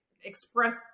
express